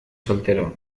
soltero